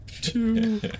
two